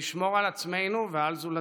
ולשמור על עצמנו ועל זולתנו.